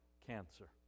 cancer